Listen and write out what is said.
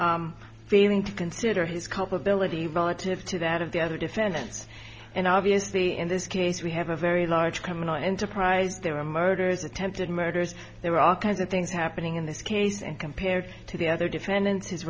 failing to consider his culpability volatility that of the other defendants and obviously in this case we have a very large criminal enterprise there were murders attempted murders there were all kinds of things happening in this case and compared to the other defendants his